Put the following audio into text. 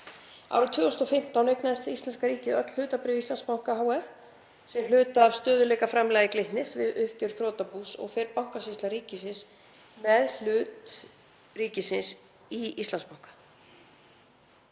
Árið 2015 eignaðist íslenska ríkið öll hlutabréf í Íslandsbanka hf. sem hluta af stöðugleikaframlagi Glitnis við uppgjör þrotabús og fer Bankasýsla ríkisins með hlut ríkisins í Íslandsbanka.